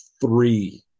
three